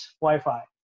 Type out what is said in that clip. Wi-Fi